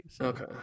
Okay